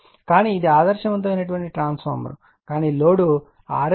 కానీ ఇది ఆదర్శవంతమైన ట్రాన్స్ఫార్మర్ కానీ load R L X L ఉంది V2 కూడా ఉంది